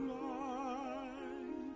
light